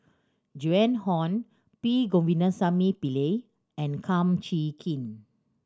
Joan Hon P Govindasamy Pillai and Kum Chee Kin